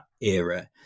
era